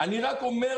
אני רק אומר,